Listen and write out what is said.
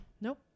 nope